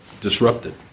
disrupted